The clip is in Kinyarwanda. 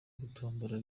gutombora